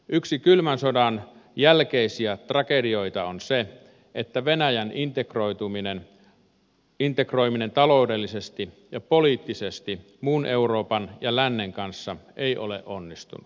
yksi kylmän sodan jälkeisiä tragedioita on se että venäjän integroiminen taloudellisesti ja poliittisesti muun euroopan ja lännen kanssa ei ole onnistunut